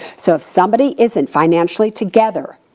so if somebody isn't financially together,